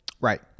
Right